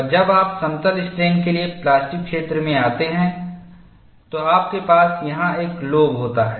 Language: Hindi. और जब आप समतल स्ट्रेनके लिए प्लास्टिक क्षेत्र में आते हैं तो आपके पास यहाँ एक लोब होता है